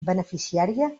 beneficiària